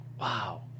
Wow